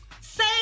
Say